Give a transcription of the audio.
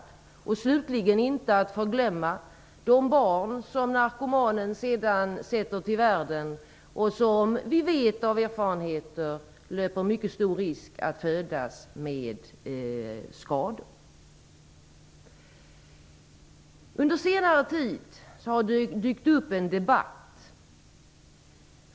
Slutligen gäller det, inte att förglömma, de barn som narkomanen sedan sätter till världen och som vi av erfarenhet vet löper mycket stor risk att födas med skador. Under senare tid har det dykt upp en debatt.